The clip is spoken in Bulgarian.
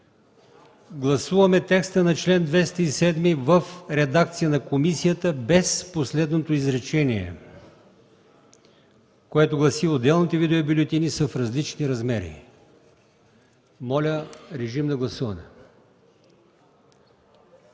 Гласуваме текста на чл. 207 в редакция на комисията, без последното изречение, което гласи: „Отделните видове бюлетини са с различни размери.” Моля, режим на гласуване.